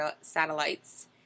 satellites